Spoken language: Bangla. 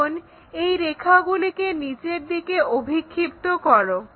এখন এই রেখাগুলিকে নিচের দিকে অভিক্ষিপ্ত করো